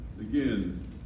Again